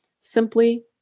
Simply